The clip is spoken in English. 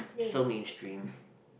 so mainstream